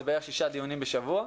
זה בערך שישה דיונים בשבוע.